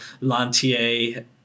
Lantier